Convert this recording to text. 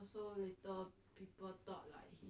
so later people talk lah